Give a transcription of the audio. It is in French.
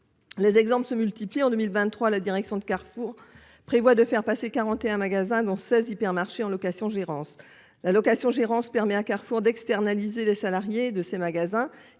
Les exemples se multiplient : en 2023, la direction de Carrefour prévoit de faire passer 41 magasins, dont 16 hypermarchés, en location-gérance. La location-gérance permet au groupe Carrefour d'externaliser les salariés de ses magasins